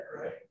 right